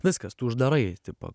viskas tu uždarai tipo